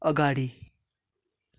अगाडि